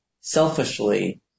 selfishly